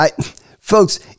Folks